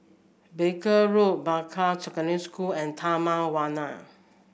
Barker Road Peicai Secondary School and Taman Warna